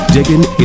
Digging